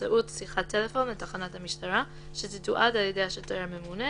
באמצעות שיחת טלפון לתחנת המשטרה שתתועד על ידי השוטר הממונה,